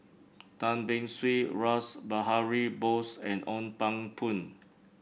Tan Beng Swee Rash Behari Bose and Ong Pang Boon